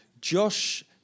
Josh